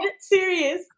Serious